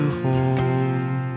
hold